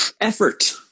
effort